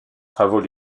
travaux